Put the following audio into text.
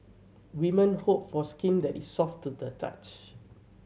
women hope for skin that is soft to the touch